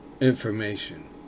information